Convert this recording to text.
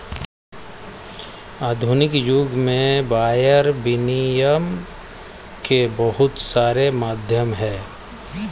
आधुनिक युग में वायर विनियम के बहुत सारे माध्यम हैं